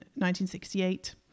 1968